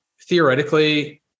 theoretically